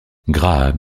graham